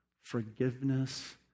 forgiveness